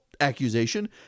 accusation